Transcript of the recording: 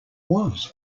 was